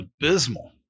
abysmal